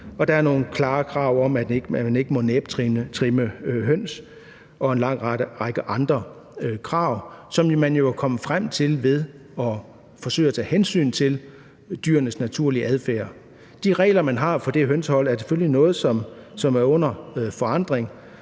der er nogle klare krav om, at man ikke må næbtrimme høns, og en lang række andre krav, som man jo er kommet frem til ved at forsøge at tage hensyn til dyrenes naturlige adfærd. De regler, man har for hønsehold, er selvfølgelig noget, som er under forandring,